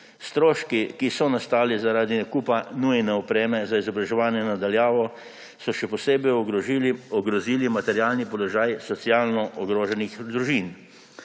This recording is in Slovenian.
Stroški, ki so nastali zaradi nakupa nujne opreme za izobraževanje na daljavo, so še posebej ogrozili materialni položaj socialno ogroženih družin.